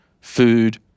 food